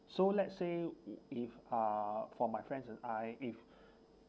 so let's say if uh for my friends and I if